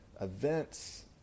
events